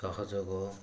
ସହଯୋଗ